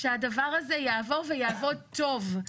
שהדבר הזה יעבוד ויעבוד טוב.